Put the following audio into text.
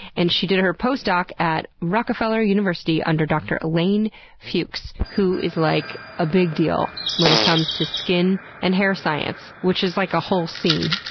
and she did her postdoctoral research at rockefeller university under dr. elaine fuchs, who is like a big deal when it comes to skin and hair science, which is like a whole scene.